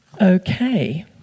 Okay